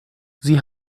sie